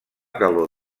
calor